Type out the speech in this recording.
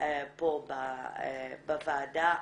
פה בוועדה.